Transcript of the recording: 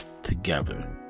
together